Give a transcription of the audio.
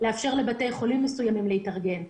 לאפשר לבתי חולים מסוימים להתארגן.